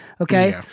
okay